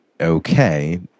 okay